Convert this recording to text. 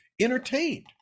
entertained